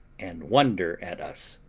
and wonder at us.